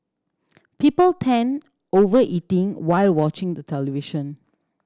people tend over eatting while watching the television